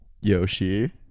Yoshi